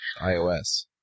iOS